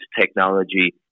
technology